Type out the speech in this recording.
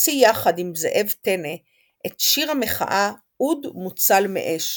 הוציא יחד עם זאב טנא את שיר המחאה "אוד מוצל מאש",